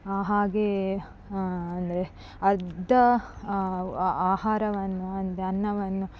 ಹಾಗೇ ಅಂದರೆ ಅರ್ಧ ಆಹಾರವನ್ನು ಅಂದರೆ ಅನ್ನವನ್ನು